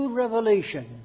revelation